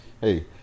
hey